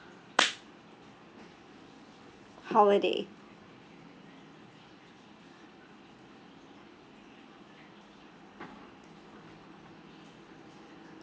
holiday